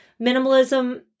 minimalism